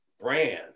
brand